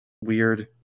weird